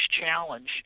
challenge